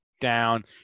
down